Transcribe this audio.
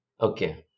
Okay